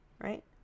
right